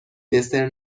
دسر